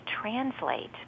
translate